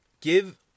Give